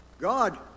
God